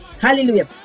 Hallelujah